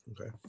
Okay